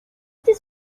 this